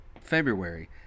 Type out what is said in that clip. February